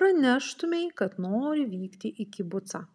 praneštumei kad nori vykti į kibucą